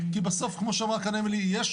כי כמו שאמרה חברת הכנסת אמילי מואטי,